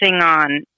on